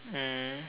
mm